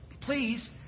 please